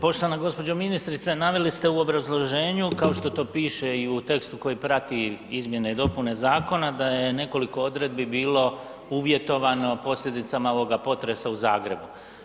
Poštovana gđo. ministrice, naveli ste u obrazloženju kao što to piše i u tekstu koji prati izmjene i dopune zakona da je nekoliko odredbi bilo uvjetovano posljedicama ovoga potresa u Zagrebu.